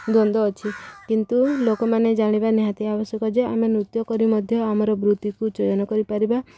ଦ୍ୱନ୍ଦ୍ୱ ଅଛି କିନ୍ତୁ ଲୋକମାନେ ଜାଣିବା ନିହାତି ଆବଶ୍ୟକ ଯେ ଆମେ ନୃତ୍ୟ କରି ମଧ୍ୟ ଆମର ବୃତ୍ତିକୁ ଚୟନ କରିପାରିବା